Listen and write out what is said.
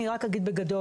אני רק אגיד בגדול,